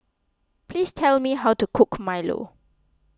please tell me how to cook Milo